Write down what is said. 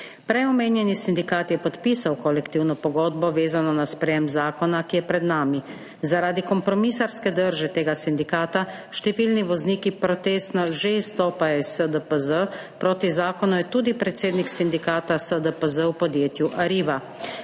Prej omenjeni sindikat je podpisal kolektivno pogodbo, vezano na sprejetje zakona, ki je pred nami. Zaradi kompromisarske drže tega sindikata številni vozniki protestno že izstopajo iz SDPZ, proti zakonu je tudi predsednik sindikata SDPZ v podjetju Arriva.